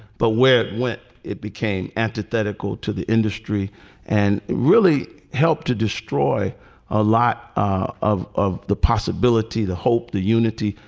but where it went, it became antithetical to the industry and really helped to destroy a lot ah of of the possibility, the hope, the unity.